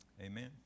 Amen